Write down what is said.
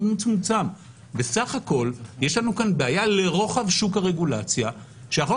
מאוד מצומצם: בסך הכול יש לנו כאן בעיה לרוחב שוק הרגולציה שהחוק